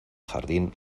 jardín